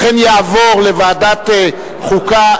לכן זה יעבור לוועדת הכנסת,